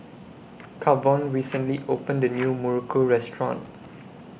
Kavon recently opened A New Muruku Restaurant